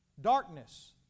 Darkness